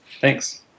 Thanks